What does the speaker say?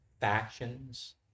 Factions